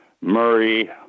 Murray